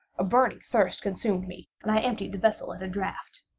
a burning thirst consumed me, and i emptied the vessel at a draught.